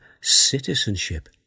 citizenship